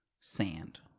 sand